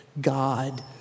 God